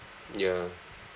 ya